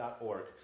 .org